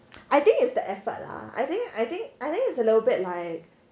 I think is the effort lah I think I think I think it's a little bit like